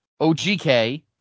OGK